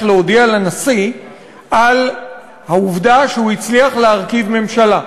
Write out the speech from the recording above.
להודיע לנשיא על העובדה שהוא הצליח להרכיב ממשלה.